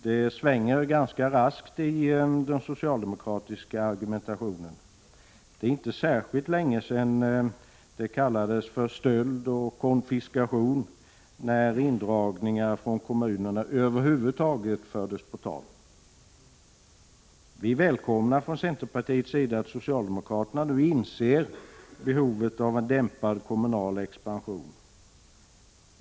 Det svänger ganska raskt i den socialdemokratiska argumentationen. Det är inte särskilt länge sedan det kallades stöld och konfiskation när indragningar från kommunerna över huvud taget fördes på tal. Vi välkomnar från centerpartiets sida att socialdemokraterna nu inser behovet av en dämpad kommunal expansion.